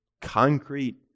concrete